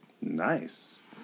Nice